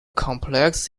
complex